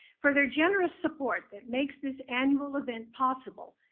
for their generous support that makes this annual event possible.